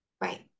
right